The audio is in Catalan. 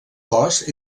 cos